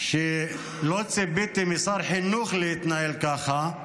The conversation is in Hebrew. לא ציפיתי משר החינוך להתנהל ככה,